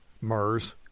MERS